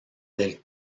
del